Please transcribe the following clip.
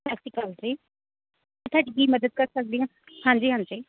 ਸਤਿ ਸ਼੍ਰੀ ਅਕਾਲ ਜੀ ਮੈਂ ਤੁਹਾਡੀ ਕੀ ਮਦਦ ਕਰ ਸਕਦੀ ਹਾਂ ਹਾਂਜੀ ਹਾਂਜੀ